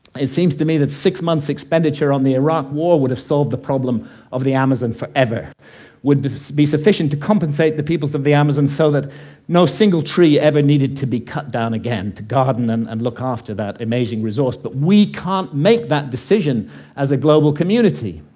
it seems to me that six months expenditure on the iraq war would have solved the problem of the amazon forever would be sufficient to compensate the people of the amazon so that no single tree ever needed to be cut down again, to garden and to and look after that amazing resource. but we can't make that decision as a global community.